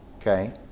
Okay